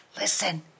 listen